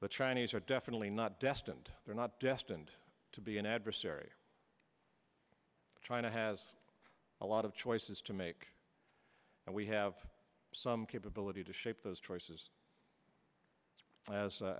the chinese are definitely not destined they're not destined to be an adversary china has a lot of choices to make and we have some capability to shape those choices as